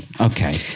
Okay